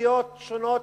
תוכניות שונות